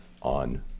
on